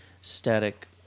static